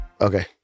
Okay